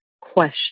question